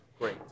great